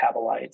metabolites